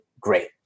great